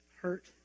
hurt